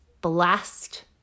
blast